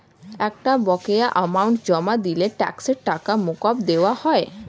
একটা বকেয়া অ্যামাউন্ট জমা দিলে ট্যাক্সের টাকা মকুব করে দেওয়া হয়